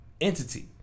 entity